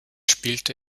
spielte